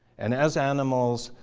and as animals,